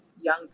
young